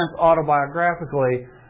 autobiographically